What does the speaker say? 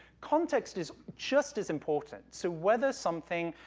context is just as important, so whether something,